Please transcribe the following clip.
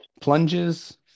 plunges